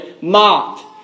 mocked